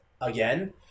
again